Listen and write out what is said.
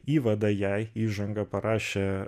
įvadą jai įžangą parašė